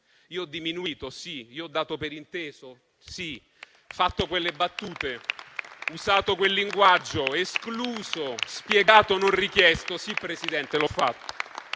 Io ho diminuito? Sì. Io ho dato per inteso? Sì. Fatto quelle battute, usato quel linguaggio, escluso, spiegato non richiesto? Sì, Presidente, l'ho fatto,